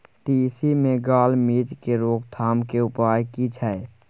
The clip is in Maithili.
तिसी मे गाल मिज़ के रोकथाम के उपाय की छै?